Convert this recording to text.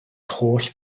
holl